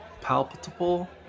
palpable